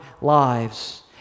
lives